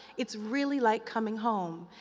it's really like coming home.